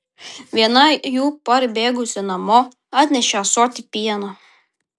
viena jų parbėgusi namo atnešė ąsotį pieno